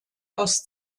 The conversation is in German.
aus